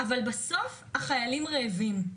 אבל בסוף החיילים רעבים.